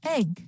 Egg